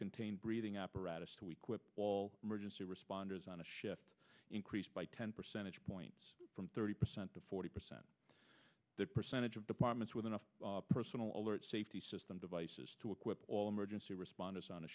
contained breathing apparatus to equip all emergency responders on a shift increased by ten percentage points from thirty percent to forty percent the percentage of departments with enough personal alert safety system devices to equip all emergency responders on a